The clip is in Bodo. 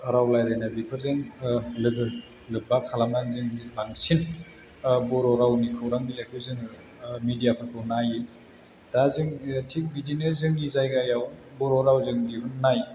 राव रायलायना बेफोरजों लोगो लोब्बा खालामनानै जों बांसिन बर' रावनि खौरां बिलाइखौ जोङो मिडियाफोरखौ नायो दा जों थिग बिदिनो जोंनि जायगायाव बर' रावजों दिहुन्नाय